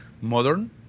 Modern